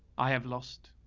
i have lost